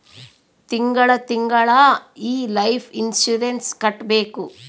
ತಿಂಗಳ ತಿಂಗಳಾ ಈ ಲೈಫ್ ಇನ್ಸೂರೆನ್ಸ್ ಕಟ್ಬೇಕು